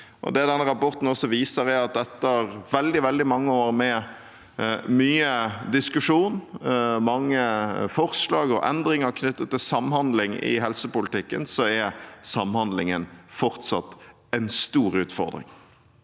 Det denne rapporten også viser, er at etter veldig, veldig mange år med mye diskusjon, mange forslag og endringer knyttet til samhandling i helsepolitikken, er samhandlingen fortsatt en stor utfordring.